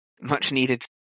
much-needed